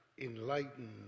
enlighten